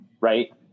right